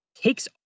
takes